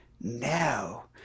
Now